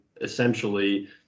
essentially